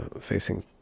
facing